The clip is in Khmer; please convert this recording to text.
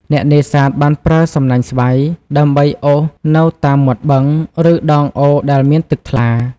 អ្នកនេសាទបានប្រើសំណាញ់ស្បៃ ដើម្បីអូសនៅតាមមាត់បឹង ឬដងអូរដែលមានទឹកថ្លា។